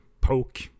poke